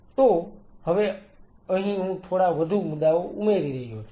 તો હવે અહી હું થોડા વધુ મુદ્દાઓ ઉમેરી રહ્યો છું